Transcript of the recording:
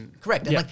Correct